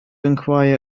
enquire